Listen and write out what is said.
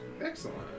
Excellent